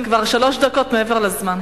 את כבר שלוש דקות מעבר לזמן.